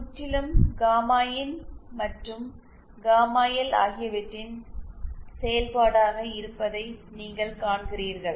முற்றிலும் காமா இன் மற்றும் காமா எல் ஆகியவற்றின் செயல்பாடாக இருப்பதை நீங்கள் காண்கிறீர்கள்